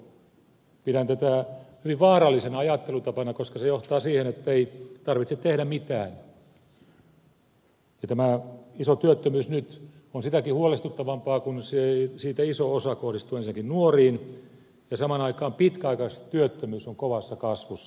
pidän tätä hyvin vaarallisena ajattelutapana koska se johtaa siihen ettei tarvitse tehdä mitään ja tämä iso työttömyys nyt on sitäkin huolestuttavampaa kun siitä iso osa kohdistuu ensinnäkin nuoriin ja samaan aikaan pitkäaikaistyöttömyys on kovassa kasvussa